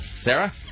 Sarah